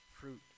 fruit